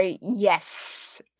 Yes